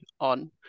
on